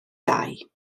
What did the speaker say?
dau